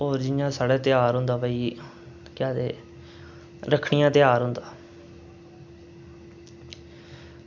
होर जियां साढ़े ध्यार होंदा भई केह् आक्खदे रक्खड़ियां ध्यार होंदा